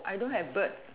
I don't have bird